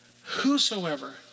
whosoever